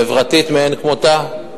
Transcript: חברתית מאין כמותה,